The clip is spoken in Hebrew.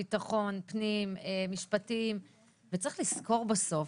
ביטחון, פנים, משפטים, וצריך לזכור בסוף